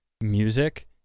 music